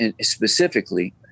specifically